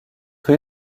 rue